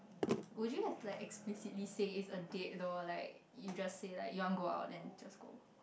would you have to explicitly say it's a date though like you just say like you want go out then just go